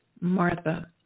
Martha